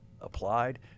applied